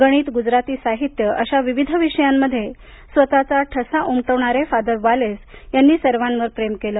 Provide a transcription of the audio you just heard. गणित गुजराती साहित्य अशा विविध विषयांमध्ये स्वतःचा ठसा उमटविणारे फादर वालेस यांनी सर्वांवर प्रेम केलं